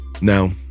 Now